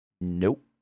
Nope